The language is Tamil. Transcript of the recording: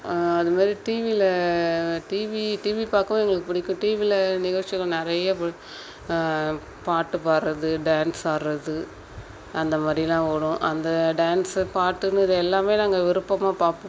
அதுமாதிரி டிவியில டிவி டிவி பார்க்கவும் எங்களுக்கு பிடிக்கும் டிவியில நிகழ்ச்சிகள் நிறைய பு பாட்டு பாடுறது டான்ஸ் ஆடுறது அந்தமாதிரிலாம் ஓடும் அந்த டான்ஸ்ஸு பாட்டுன்னு இது எல்லாமே நாங்கள் விருப்பமாக பார்ப்போம்